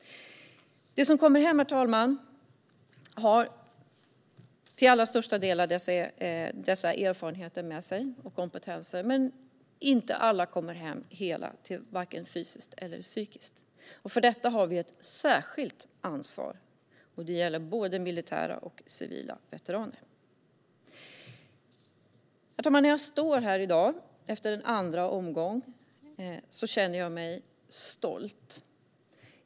De som kommer hem, herr talman, har till allra största del dessa erfarenheter och kompetenser med sig. Men alla kommer inte hem fysiskt eller psykiskt hela. För detta har vi ett särskilt ansvar. Det gäller både militära och civila veteraner. Herr talman! När jag står här i dag, efter en andra omgång, känner jag mig stolt.